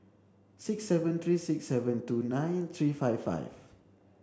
six seven three six seven two nine three five five